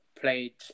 played